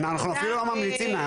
אנחנו אפילו לא ממליצים להם,